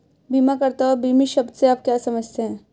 बीमाकर्ता और बीमित शब्द से आप क्या समझते हैं?